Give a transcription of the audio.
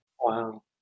wow